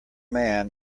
man